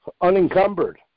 Unencumbered